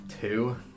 Two